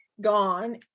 gone